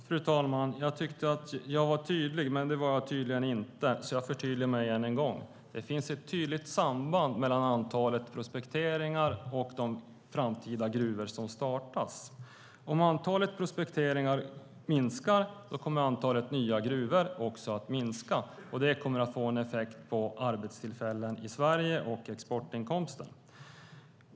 Fru talman! Jag tyckte att jag var tydlig. Men det var jag tydligen inte, så jag förtydligar mig ännu en gång. Det finns ett tydligt samband mellan antalet prospekteringar och de framtida gruvor som startas. Om antalet prospekteringar minskar kommer antalet nya gruvor också att minska, och det kommer att få en effekt vad gäller arbetstillfällen i Sverige och exportinkomsten.